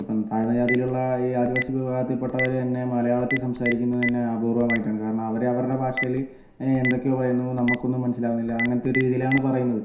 ഇപ്പം താഴ്ന്ന ജാതിയിലുള്ള ഈ ആദിവാസി വിഭാഗത്തിൽ പെട്ടവർ തന്നെ മലയാളത്തിൽ സംസാരിക്കുന്നത് തന്നെ അപൂർവമായിട്ടാണ് കാരണം അവർ അവരുടെ ഭാഷയിൽ എന്തൊക്കെയോ പറയുന്നു നമുക്കൊന്നും മനസ്സിലാവുന്നില്ല അങ്ങനത്തെ ഒരു രീതിയിലാണ് പറയുന്നത്